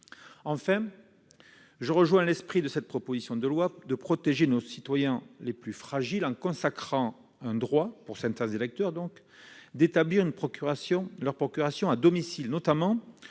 Enfin, je rejoins l'esprit de cette proposition de loi, qui est de protéger nos citoyens les plus fragiles en consacrant un droit pour certains électeurs d'établir leur procuration à domicile, notamment